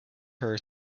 her